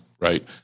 Right